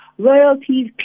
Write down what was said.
royalties